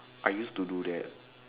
I used to do that